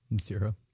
Zero